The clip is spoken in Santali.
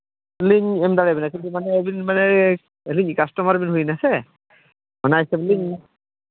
ᱟᱹᱞᱤᱧ ᱞᱤᱧ ᱮᱢ ᱫᱟᱲᱮ ᱵᱮᱱᱟ ᱠᱤᱱᱛᱩ ᱢᱟᱱᱮ ᱟᱹᱵᱤᱱ ᱢᱟᱱᱮ ᱟᱹᱞᱤᱧᱤᱡ ᱠᱟᱥᱴᱚᱢᱟᱨ ᱵᱮᱱ ᱦᱩᱭᱱᱟ ᱥᱮ ᱚᱱᱟ ᱦᱤᱥᱟᱹᱵᱽ ᱞᱤᱧ